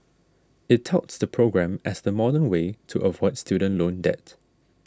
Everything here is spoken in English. it touts the program as the modern way to avoid student loan debt